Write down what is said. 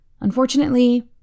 Unfortunately